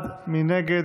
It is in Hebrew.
של קבוצת סיעת